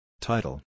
Title